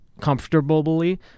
comfortably